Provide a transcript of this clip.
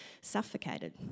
suffocated